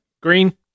Green